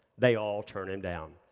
they all turn him down.